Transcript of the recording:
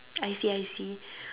I see I see